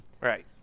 Right